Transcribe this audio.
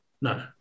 No